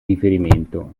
riferimento